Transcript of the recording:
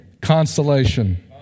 Consolation